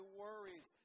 worries